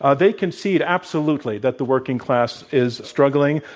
ah they concede absolutely that the working class is struggling,